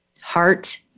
heart